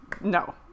no